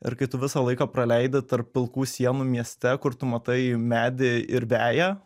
ir kai tu visą laiką praleidi tarp pilkų sienų mieste kur tu matai medį ir veją